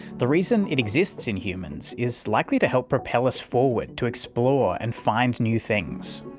the reason it exists in humans, is likely to help propel us forward to explore and find new things.